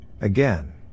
again